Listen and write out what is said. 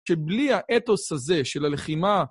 שבלי האתוס הזה של הלחימה...